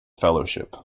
fellowship